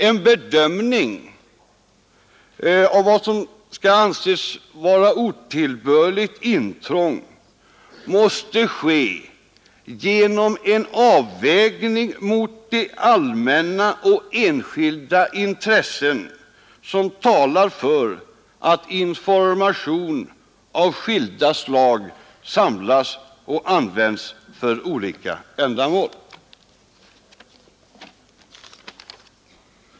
En bedömning av vad som skall anses vara otillbörligt intrång måste ske genom en avvägning mot de allmänna och enskilda intressena som talar för att information av skilda slag samlas och används för olika ändamål.